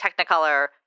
Technicolor